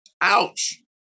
Ouch